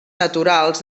naturals